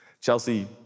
Chelsea